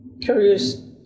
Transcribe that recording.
curious